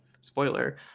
spoiler